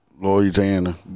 Louisiana